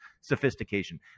sophistication